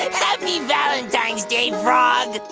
i mean valentine's day, frog!